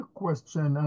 question